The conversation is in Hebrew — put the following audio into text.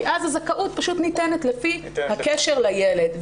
כי אז הזכאות פשוט ניתנת לפי הקשר לילד.